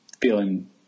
feeling